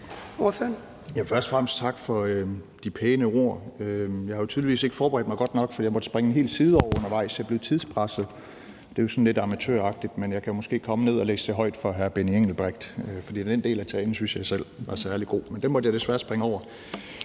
(LA): Først og fremmest tak for de pæne ord. Jeg har tydeligvis ikke forberedt mig godt nok, for jeg måtte springe en hel side over undervejs; jeg blev tidspresset. Det er jo sådan lidt amatøragtigt, men jeg kan måske komme ned og læse det højt for hr. Benny Engelbrecht, for den del af talen synes jeg selv var særlig god. Men den måtte jeg desværre springe over.